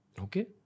Okay